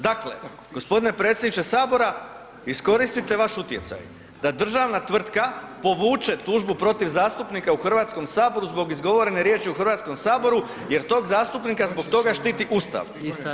Dakle gospodine predsjedniče Sabora iskoristite vaš utjecaj da državna tvrtka povuče tužbu protiv zastupnika u Hrvatskom saboru zbog izgovorene riječi u Hrvatskom saboru jer tog zastupnika zbog toga štiti Ustav.